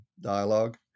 dialogue